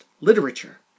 literature